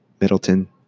Middleton